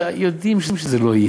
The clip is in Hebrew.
אתם יודעים שזה לא יהיה,